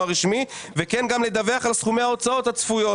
הרשמי וכן גם לדווח על סכומי ההוצאות הצפויים